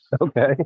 Okay